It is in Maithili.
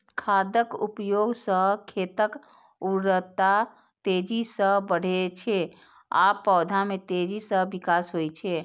खादक उपयोग सं खेतक उर्वरता तेजी सं बढ़ै छै आ पौधा मे तेजी सं विकास होइ छै